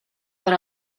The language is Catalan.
per